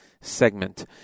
segment